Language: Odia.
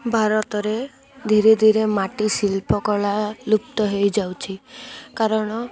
ଭାରତରେ ଧୀରେ ଧୀରେ ମାଟି ଶିଳ୍ପ କଳା ଲୁପ୍ତ ହେଇ ଯାଉଛି କାରଣ